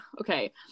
okay